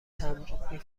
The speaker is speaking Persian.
تمبر